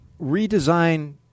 redesign